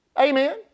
Amen